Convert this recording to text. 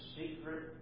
secret